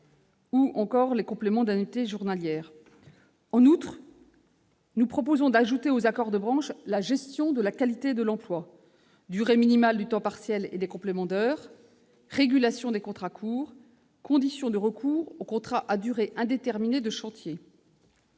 ou encore les compléments d'indemnités journalières. En outre, nous proposons d'ajouter aux accords de branche la gestion de la qualité de l'emploi : durée minimale du temps partiel et des compléments d'heure, régulations des contrats courts, conditions de recours aux contrats à durée indéterminée de chantier.